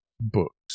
books